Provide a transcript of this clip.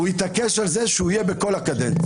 הוא התעקש על כך שהוא יהיה כל הקדנציה.